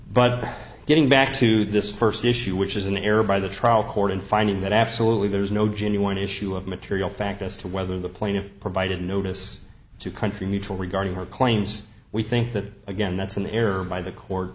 but getting back to this first issue which is an error by the trial court and finding that absolutely there is no genuine issue of material fact as to whether the plaintiff provided notice to country neutral regarding her claims we think that again that's an error by the court